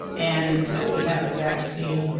and until we have a vaccine,